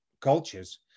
cultures